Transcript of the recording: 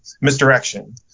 misdirection